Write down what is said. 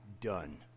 done